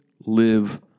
live